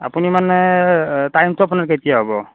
আপুনি মানে টাইমটো আপোনাৰ কেতিয়া হ'ব